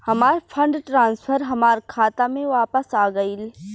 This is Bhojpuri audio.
हमार फंड ट्रांसफर हमार खाता में वापस आ गइल